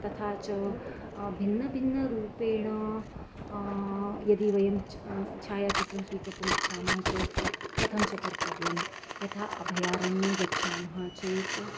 तथा च भिन्नभिन्नरूपेण यदि वयं छायाचित्रं स्वीकर्तुम् इच्छामः चेत् कथञ्च कर्तव्यं यथा अभयारण्ये गच्छामः चेत्